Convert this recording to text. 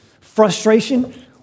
Frustration